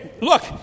Look